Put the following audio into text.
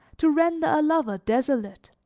to render a lover desolate